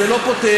זה לא פותר.